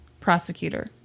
Prosecutor